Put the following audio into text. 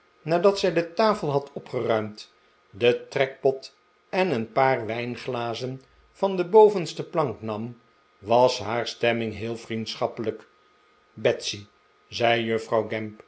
nadat zij de tafel had opgeruimd den trekpot en een paar wijnglazen van de bovenste plank nam was haar stemming heel vriendschappelijk betsy zei juffrouw